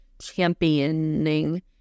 championing